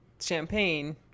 champagne